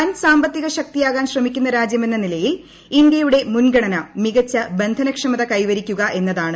വൻ സാമ്പത്തിക ശക്തിയാകാൻ ശ്രമിക്കുന്ന രാജ്യമെന്ന നിലയിൽ ഇന്ത്യയുടെ മുൻഗണന മികച്ച ബന്ധനക്ഷമത കൈവരിക്കുക എന്നതാണ്